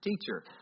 Teacher